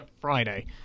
Friday